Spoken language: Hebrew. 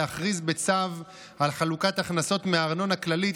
להכריז בצו על חלוקת הכנסות מארנונה כללית,